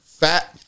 Fat